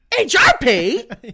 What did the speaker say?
HRP